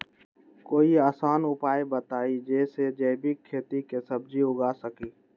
कोई आसान उपाय बताइ जे से जैविक खेती में सब्जी उगा सकीं?